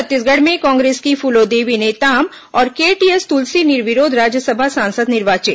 छत्तीसगढ़ में कांग्रेस की फूलोदेवी नेताम और केटीएस तुलसी निर्विरोध राज्यसभा सांसद निर्वाचित